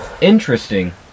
Interesting